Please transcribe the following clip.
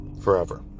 forever